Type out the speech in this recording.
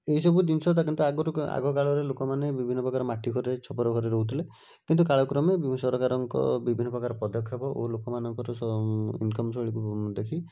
ଏଇସବୁ ଜିନିଷ ତ କିନ୍ତୁ ଆଗରୁ ଆଗକାଳରେ ଲୋକମାନେ ବିଭିନ୍ନ ପ୍ରକାର ମାଟି ଘରେ ଛପର ଘରେ ରହୁଥିଲେ କିନ୍ତୁ କାଳକ୍ରମେ ବିଜୁ ସରକାରଙ୍କ ବିଭିନ୍ନ ପ୍ରକାର ପଦକ୍ଷେପ ଓ ଲୋକମାନଙ୍କର ଇନକମ୍ ଶୈଳୀକୁ ଦେଖି